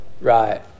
right